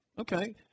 Okay